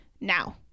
now